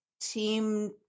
team